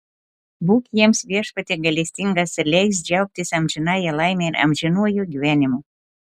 būk jiems viešpatie gailestingas ir leisk džiaugtis amžinąja laime ir amžinuoju gyvenimu